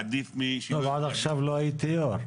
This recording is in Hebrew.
עד עכשיו לא הייתי יו"ר.